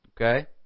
Okay